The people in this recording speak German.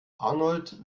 arnold